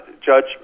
judge